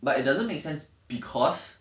but it doesn't make sense because